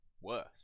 Worse